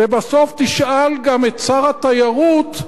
ובסוף תשאל גם את שר התיירות,